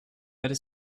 other